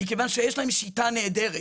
מכיוון שיש להם שיטה נהדרת.